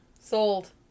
Sold